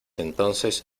entonces